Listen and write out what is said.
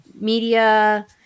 media